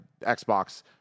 Xbox